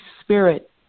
Spirit